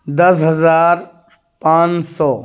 دس ہزار پانچ سو